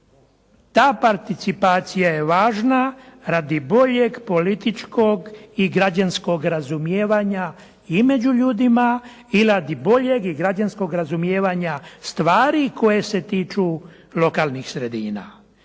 Ta participacija je važna radi boljeg političkog i građanskog razumijevanja i među ljudima i radi boljeg i građanskog razumijevanja stvari koje se tiču lokalnih sredina.